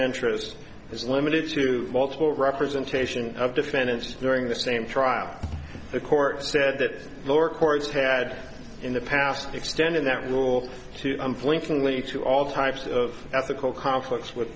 interest is limited to multiple representation of defendants during the same trial the court said that lower courts had in the past extended that rule to unflinchingly to all types of ethical conflicts with